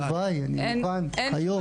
כי אני רגיל לסירוב כבר חמש שנים.